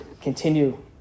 continue